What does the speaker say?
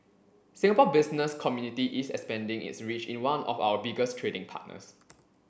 Singapore Business Community is expanding its reach in one of our biggest trading partners